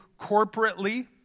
corporately